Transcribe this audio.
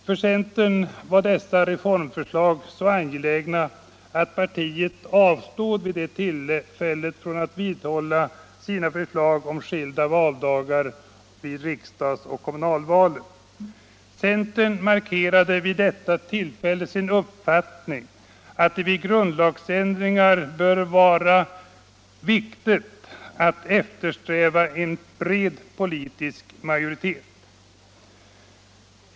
För centern var dessa reformförslag så angelägna att partiet avstod vid det tillfället från att vidhålla sitt förslag om skilda valdagar vid riksdagsoch kommunalvalen. Centern markerade sålunda sin uppfattning att vid grundlagsändringar bör det vara viktigt att eftersträva en bred politisk majoritet.